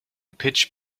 pitch